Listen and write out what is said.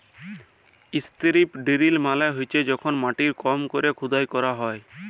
strip drill মালে হছে যখল মাটির কম ক্যরে খুদাই ক্যরা হ্যয়